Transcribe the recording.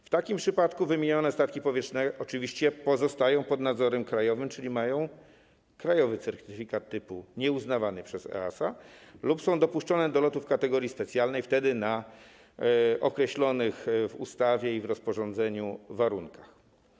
W takim przypadku wymienione statki powietrzne oczywiście pozostają pod nadzorem krajowym, czyli mają krajowy certyfikat typu nieuznawany przez EASA lub są dopuszczone do lotów w kategorii specjalnej na określonych w ustawie i w rozporządzeniu warunkach.